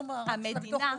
התשלום של הביטוח הלאומי.